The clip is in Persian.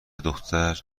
دختر